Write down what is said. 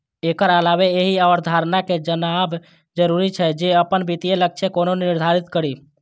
एकर अलावे एहि अवधारणा कें जानब जरूरी छै, जे अपन वित्तीय लक्ष्य कोना निर्धारित करी